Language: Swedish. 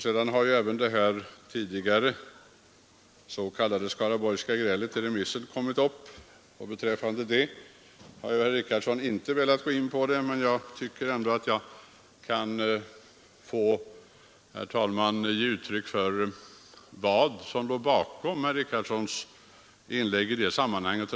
Vidare har det s.k. skaraborgska grälet i remissdebatten berörts i diskussionen. Herr Richardson har inte velat gå in på den saken, men jag tycker att jag kan få ange vad jag uppfattat som det som låg bakom herr Richardsons inlägg i det fallet.